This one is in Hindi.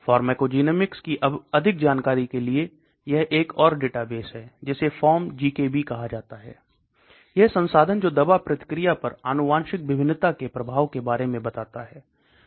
फार्माकोजेनोमिक्स की अधिक जानकारी के लिए यह एक और डेटाबेस है जिसे PharmGKB कहा जाता हैयह संसाधन जो दवा प्रतिक्रिया पर आनुवांशिक भिन्नता के प्रभाव के बारे में बताता है